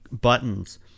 buttons